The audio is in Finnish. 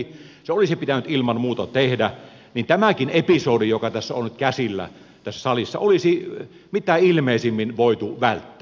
se olisi pitänyt ilman muuta tehdä jolloin tämäkin episodi joka on nyt käsillä tässä salissa olisi mitä ilmeisimmin voitu välttää